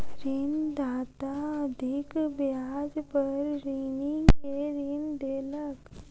ऋणदाता अधिक ब्याज पर ऋणी के ऋण देलक